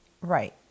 Right